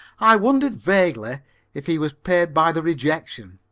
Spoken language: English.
i wondered vaguely if he was paid by the rejection.